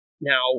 now